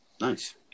Nice